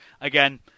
Again